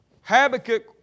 Habakkuk